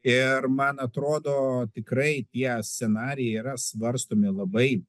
ir man atrodo tikrai tie scenarijai yra svarstomi labai